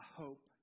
hope